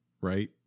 right